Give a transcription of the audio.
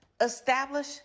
establish